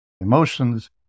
emotions